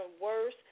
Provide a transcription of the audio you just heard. worse